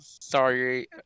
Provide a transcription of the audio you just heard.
sorry